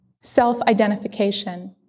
self-identification